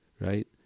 Right